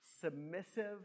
submissive